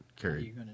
carry